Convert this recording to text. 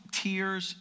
tears